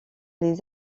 les